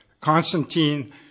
Constantine